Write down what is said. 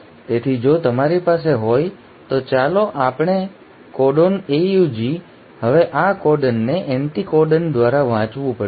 તેથી જો તમારી પાસે હોય તો ચાલો આપણે કોડોન AUG હવે આ કોડોનને એન્ટિકોડન દ્વારા વાંચવું પડશે